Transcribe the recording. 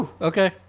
Okay